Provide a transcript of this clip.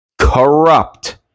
Corrupt